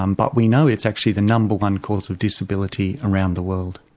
um but we know it's actually the number one cause of disability around the world.